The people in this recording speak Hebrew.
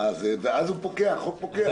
ואז החוק פוקע.